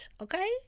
okay